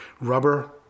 Rubber